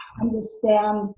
understand